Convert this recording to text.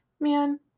man